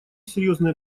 серьезные